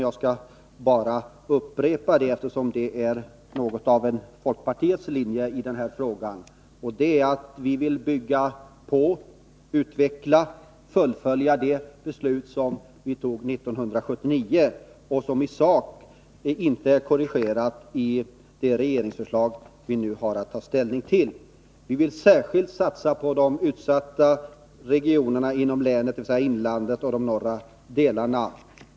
Jag skall upprepa det, eftersom det är något av en folkpartiets linje i denna fråga. Vi vill bygga på, utveckla och fullfölja det beslut som fattades 1979 och som i sak inte är korrigerat i det regeringsförslag vi nu har att ta ställning till. Vi vill särskilt satsa på de utsatta regionerna inom länet, dvs. inlandet och de norra delarna.